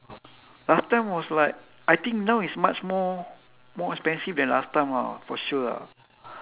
last time was like I think now is much more more expensive than last time ah for sure ah